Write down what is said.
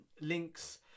links